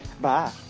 Bye